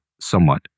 somewhat